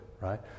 right